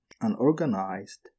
unorganized